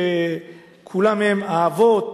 שכולם הם האבות,